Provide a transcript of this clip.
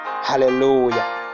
Hallelujah